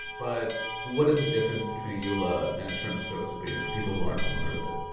but what is the difference between eula and a term service agreement for people who aren't familiar with it?